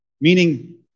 meaning